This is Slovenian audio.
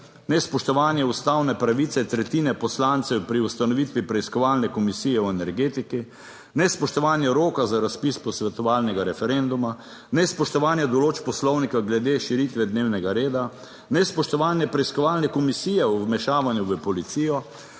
nespoštovanje ustavne pravice tretjine poslancev pri ustanovitvi preiskovalne komisije o energetiki, nespoštovanje roka za razpis posvetovalnega referenduma, nespoštovanje določb Poslovnika glede širitve dnevnega reda, nespoštovanje preiskovalne komisije o vmešavanju v policijo,